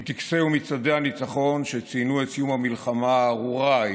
מטקסי ומצעדי הניצחון שציינו את סיום המלחמה הארורה ההיא.